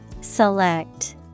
Select